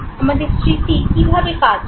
আমাদের স্মৃতি কীভাবে কাজ করে